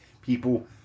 People